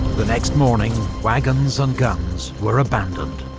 the next morning wagons and guns were abandoned.